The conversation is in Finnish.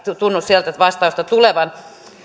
tunnu sieltä vastausta tulevan